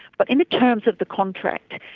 but in the terms of the contract,